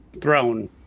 throne